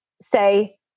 say